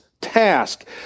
task